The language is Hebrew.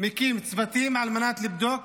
מקים צוותים על מנת לבדוק,